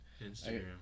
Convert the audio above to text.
Instagram